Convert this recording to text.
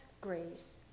grace